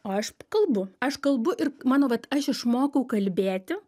o aš kalbu aš kalbu ir mano vat aš išmokau kalbėti